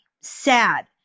sad